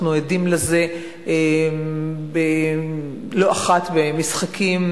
אנחנו עדים לזה לא אחת במשחקים,